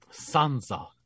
Sansa